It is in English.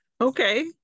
Okay